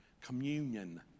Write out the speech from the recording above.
communion